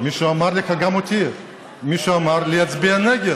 מישהו אמר לך, גם אותי, להצביע נגד.